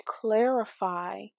clarify